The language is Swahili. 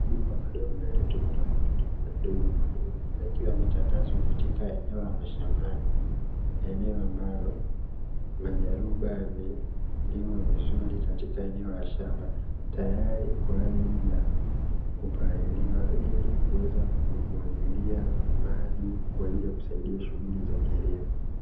Mabomba madogo yaliyotobolewa matundu madogomadogo, yakiwa yametandazwa katika eneo la mashambani. Eneo ambalo majaruba yamelimwa vizuri katika eneo la shamba, tayari kwa ajili ya kupaliliwa ili kuweza kumwagilia maji kwa ajili ya kusaidia shughuli za kilimo.